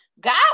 God